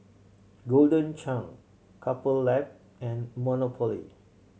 Golden Churn Couple Lab and Monopoly